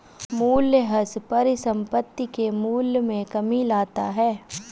मूलयह्रास परिसंपत्ति के मूल्य में कमी लाता है